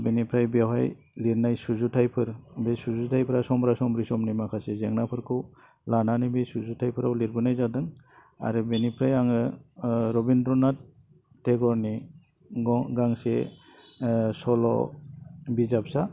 बेनिफ्राय बेवहाय लिरनाय सुजुथाइफोर बे सुजुथाइफ्रा समब्रा समब्रि समनि माखासे जेंनाफोरखौ लानानै बे सुजुथाइफ्राव लिरबोनाय जादों आरो बेनिफ्राय आङो रबीन्द्र'नाथ ठेग'रनि गं गांसे सल' बिजाबसा